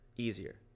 easier